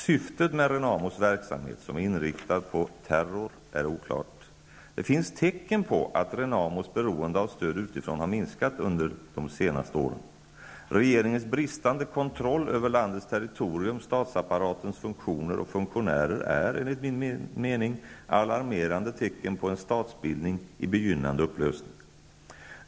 Syftet med Renamos verksamhet, som är inriktad på terror, är oklart. Det finns tecken på att Renamos beroende av stöd utifrån har minskat under de senaste åren. Regeringens bristande kontroll över landets territorium, statsapparatens funktioner och funktionärer är, enligt min mening, alarmerande tecken på en statsbildning i begynnande upplösning.